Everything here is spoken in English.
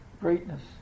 greatness